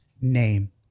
name